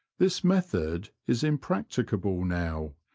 this method is impracticable now,